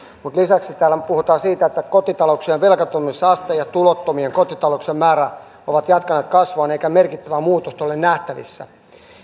mutta lisäksi täällä puhutaan siitä että kotitalouksien velkaantumisaste ja tulottomien kotitalouksien määrä ovat jatkaneet kasvuaan eikä merkittävää muutosta ole nähtävissä